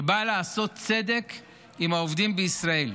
שבאה לעשות צדק עם העובדים בישראל,